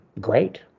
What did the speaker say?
great